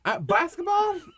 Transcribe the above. basketball